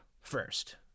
first